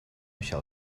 shall